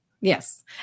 Yes